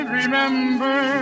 remember